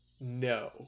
no